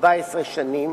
14 שנים